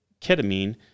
ketamine